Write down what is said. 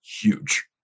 huge